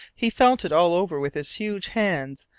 he felt it all over with his huge hands,